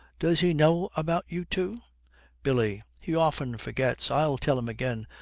does he know about you two billy. he often forgets, i'll tell him again.